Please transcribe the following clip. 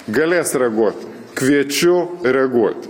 galės reaguoti kviečiu reaguoti